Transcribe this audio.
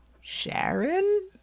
Sharon